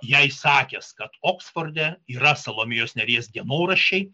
jai sakęs kad oksforde yra salomėjos nėries dienoraščiai